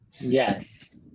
Yes